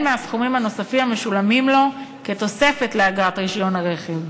מהסכומים הנוספים המשולמים לו כתוספת לאגרת רישיון הרכב.